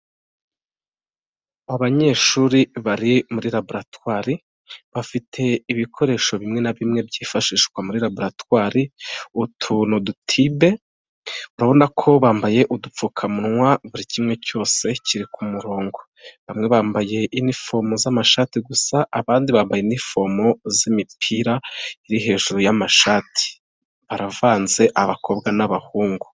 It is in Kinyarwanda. Abanyeshuri bari muri laboratwari bafite ibikoresho bimwe na bimwe byifashishwa muri laboratwari, utu ni udutibe urabona ko bambaye udupfukamunwa, buri kimwe cyose kiri ku murongo, bamwe bambaye inifomu z'amashati, gusa abandi bambaye inifomo z'imipira iri hejuru y'amashati, baravanze abakobwa n'abahungu.